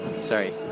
Sorry